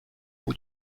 bout